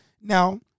Now